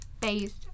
based